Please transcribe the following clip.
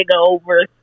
over